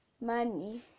money